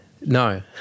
no